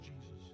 Jesus